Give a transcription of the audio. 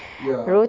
ya